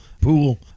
pool